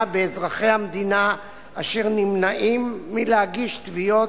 באזרחי המדינה אשר נמנעים מלהגיש תביעות